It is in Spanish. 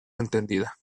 entendida